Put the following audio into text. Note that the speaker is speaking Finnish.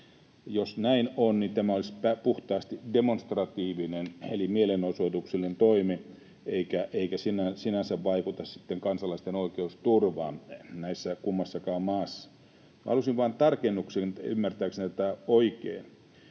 Jos näin on, niin tämä olisi puhtaasti demonstratiivinen eli mielenosoituksellinen toimi eikä sinänsä vaikuta sitten kansalaisten oikeusturvaan kummassakaan maassa. Minä halusin vain tarkennuksen ymmärtääkseni tämän oikein.